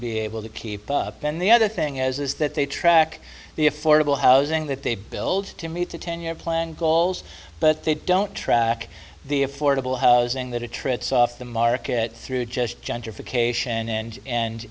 be able to keep up and the other thing is is that they track the affordable housing that they build to meet the ten year plan goals but they don't track the affordable housing that it trips off the market through just gentrification and and